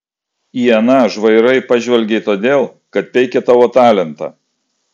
į aną žvairai pažvelgei todėl kad peikė tavo talentą